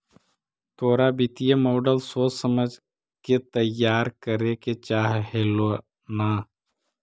तोरा वित्तीय मॉडल सोच समझ के तईयार करे के चाह हेलो न